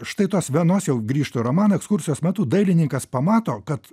štai tos vienos jau grįžtu romano ekskursijos metu dailininkas pamato kad